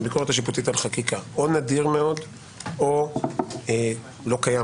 הביקורת השיפוטית על חקיקה או לא קיים